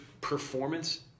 Performance